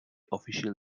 official